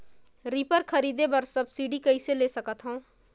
Reaper खरीदे बर subsidy कइसे ले सकथव?